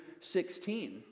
16